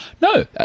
no